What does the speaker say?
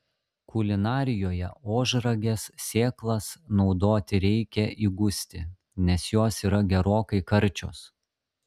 kulinarijoje ožragės sėklas naudoti reikia įgusti nes jos yra gerokai karčios